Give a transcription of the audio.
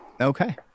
Okay